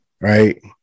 right